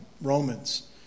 Romans